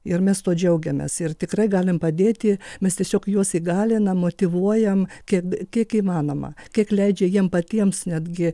ir mes tuo džiaugiamės ir tikrai galime padėti mes tiesiog juos įgalinam motyvuojam kiek kiek įmanoma kiek leidžia jiem patiems netgi